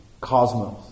cosmos